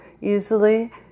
easily